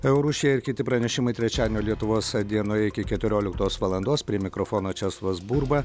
eurų šie ir kiti pranešimai trečiadienio lietuvos dienoje iki keturioliktos valandos prie mikrofono česlovas burba